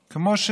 כמו,